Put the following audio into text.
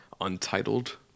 untitled